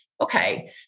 okay